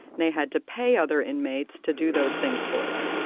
they had to pay other inmates to do those things for them,